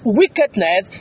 wickedness